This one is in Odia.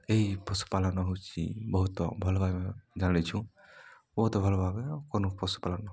ଏହି ପଶୁପାଳନ ହେଉଛି ବହୁତ ଭଲ ଭାବେ ଜାଣିଛୁ ବହୁତ ଭଲ ଭାବେ କରୁ ପଶୁପାଳନ